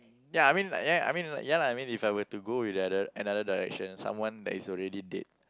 ya I mean like ya I mean like ya lah if I were to go with the other another direction someone that is already dead